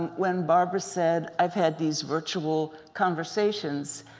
and when barbara said i've had these virtual conversations,